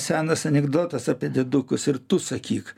senas anigdotas apie diedukus ir tu sakyk